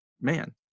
man